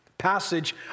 passage